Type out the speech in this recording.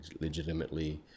legitimately